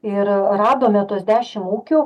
ir radome tuos dešimt ūkių